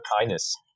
kindness